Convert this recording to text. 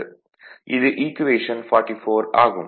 இது ஈக்குவேஷன் 44 ஆகும்